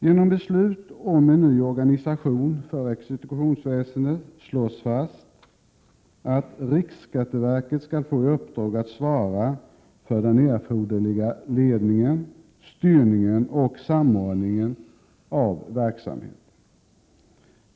Genom beslutet om en ny organisation för exekutionsväsendet slås fast att riksskatteverket skall få i uppdrag att svara för den erforderliga ledningen, styrningen och samordningen av verksamheten.